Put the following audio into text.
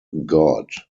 god